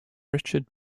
richard